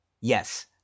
Yes